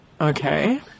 Okay